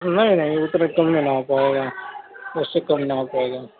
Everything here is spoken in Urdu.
نہیں نہیں اتنے کم میں نہ ہو پائے گا اس سے کم نہ ہو پائے گا